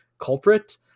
culprit